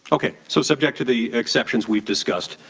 okay. so subject to the exceptions we've discussed,